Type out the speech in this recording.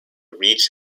reach